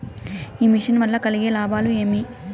ఈ మిషన్ వల్ల కలిగే లాభాలు ఏమిటి?